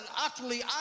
utterly